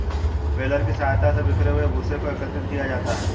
baler की सहायता से बिखरे हुए भूसे को एकत्रित किया जाता है